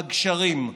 בגשרים,